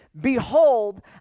behold